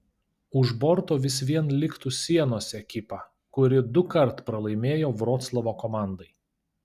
už borto vis vien liktų sienos ekipa kuri dukart pralaimėjo vroclavo komandai